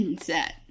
set